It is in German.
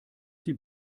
die